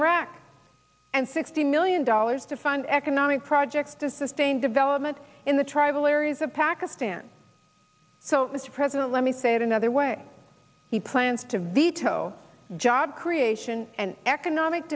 irak and sixty million dollars to fund economic projects to sustain development in the tribal areas of pakistan so mr president let me say it another way he plans to veto job creation and economic